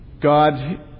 God